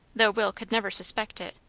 though will could never suspect it,